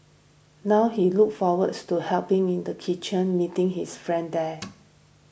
now he look forwards to helping in the kitchen meeting his friends there